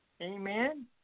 Amen